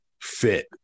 fit